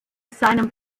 seinem